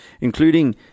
including